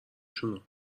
شونو